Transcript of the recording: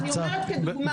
לא, אני אומרת כדוגמה.